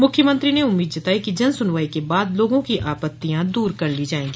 मुख्यमंत्री ने उम्मीद जतायी है कि जन सुनवाई के बाद लोगों की आपत्तियां दूर कर ली जाएगी